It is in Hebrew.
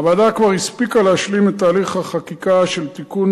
הוועדה כבר הספיקה להשלים את תהליך החקיקה של תיקון